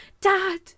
Dad